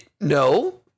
No